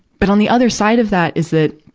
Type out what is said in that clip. but on the other side of that is that,